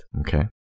Okay